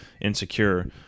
insecure